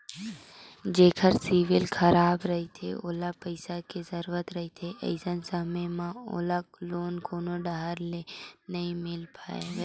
जेखर सिविल खराब रहिथे ओला पइसा के जरूरत परथे, अइसन समे म ओला लोन कोनो डाहर ले नइ मिले पावय